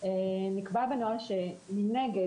נקבע שמנגד,